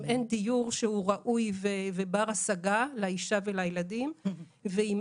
אם אין דיור שהוא ראוי ובר השגה לאשה ולילדים ואם